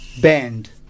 bend